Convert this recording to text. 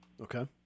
Okay